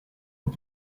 and